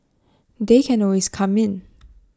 they can always come in